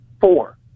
Four